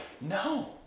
No